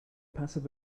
passive